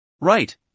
Right